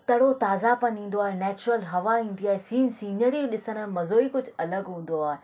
तरो ताज़ा पनि ईंदो आहे नैचुरल हवा ईंदी आहे सीन सीनरियूं ॾिसण जो मज़ो ई कुझु अलॻि हूंदो आहे